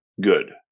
good